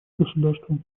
государствам